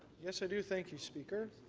yes, i do, thank you, speaker.